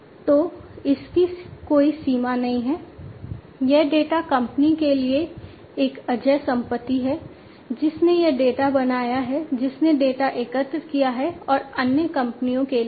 तो इसकी कोई सीमा नहीं है यह डेटा कंपनी के लिए एक अजेय संपत्ति है जिसने यह डेटा बनाया है जिसने डेटा एकत्र किया है और अन्य कंपनियों के लिए भी